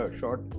short